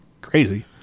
crazy